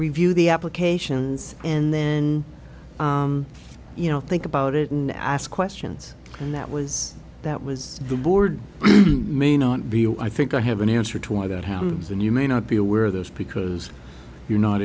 review the applications and then you know think about it and ask questions and that was that was the board may not be oh i think i have an answer to why that happens and you may not be aware of this because you're not